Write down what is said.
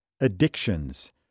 addictions